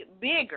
bigger